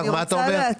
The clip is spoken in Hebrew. כן, מה אתה אומר?